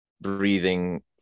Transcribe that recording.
breathing